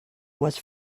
was